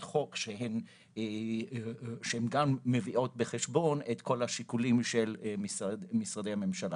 חוק שהן גם מביאות בחשבון את כל השיקולים של משרדי הממשלה.